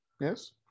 Yes